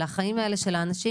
החיים האלה של האנשים